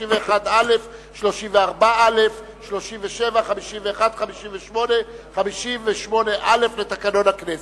31א, 34א, 37, 51, 58 ו-58א לתקנון הכנסת.